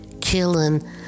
killing